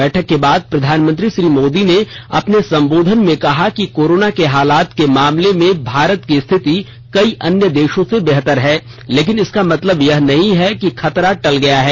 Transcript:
बैठक के बाद प्रधानमंत्री श्री मोदी ने अपने सम्बोधन में कहा कोरोना के हालात के मामले में भारत की स्थिति कई अन्य देशों से बेहतर है लेकिन इसका मतलब यह नहीं है कि खतरा टल गया है